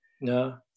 No